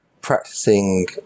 practicing